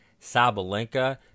Sabalenka